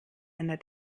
einer